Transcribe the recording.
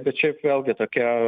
bet šiaip vėlgi tokia